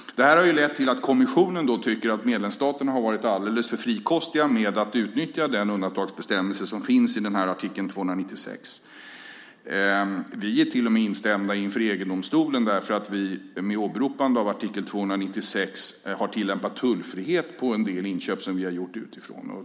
Det här har lett till att kommissionen har tyckt att medlemsstaterna har varit alldeles för frikostiga med att utnyttja den undantagsbestämmelse som finns i artikel 296. Vi har till och med blivit instämda inför EG-domstolen för att vi med åberopande av artikel 296 har tillämpat tullfrihet för en del inköp som vi har gjort utifrån.